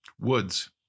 Woods